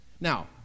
Now